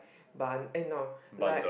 bun eh no like